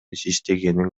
иштегенин